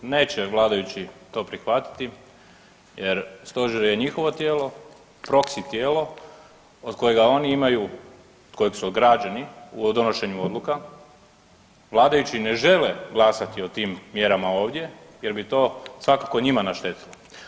Neće vladajući to prihvatiti jer Stožer je njihovo tijelo, proxi tijelo od kojega oni imaju i od kojeg su ograđeni u donošenju odluka, vladajući ne žele glasati o tim mjerama ovdje jer bi to svakako njima naštetilo.